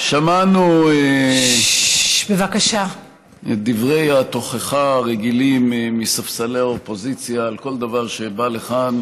שמענו את דברי התוכחה הרגילים מספסלי האופוזיציה על כל דבר שבא לכאן,